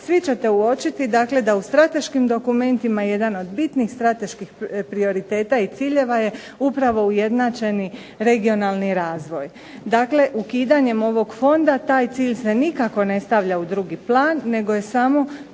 svi ćete uočiti dakle da u strateškim dokumentima jedan od bitnih strateških prioriteta i ciljeva je upravo ujednačeni regionalni razvoj. Dakle, ukidanjem ovog fonda taj cilj se nikako ne stavlja u drugi plan, nego je samo